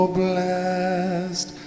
blessed